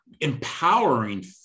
empowering